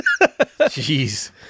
Jeez